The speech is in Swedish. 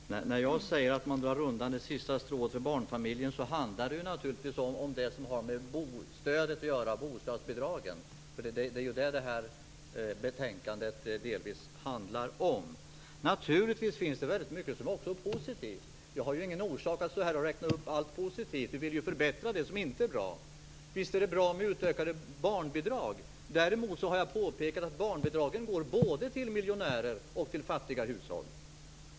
Fru talman! När jag säger att man drar undan det sista strået för barnfamiljerna handlar det naturligtvis om bostadsbidragen, för det är ju det som detta betänkande delvis handlar om. Naturligtvis finns det väldigt mycket som också är positivt. Jag har ju ingen orsak att stå här och räkna upp allt som är positivt. Vi vill ju förbättra det som inte är bra. Visst är det bra med utökade barnbidrag. Däremot har jag påpekat att barnbidragen går både till miljonärer och till fattiga hushåll.